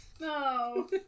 No